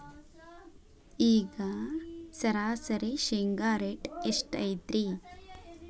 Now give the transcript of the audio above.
ಈಗ ಸರಾಸರಿ ಶೇಂಗಾ ರೇಟ್ ಎಷ್ಟು ಐತ್ರಿ?